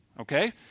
Okay